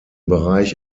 bereich